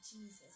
Jesus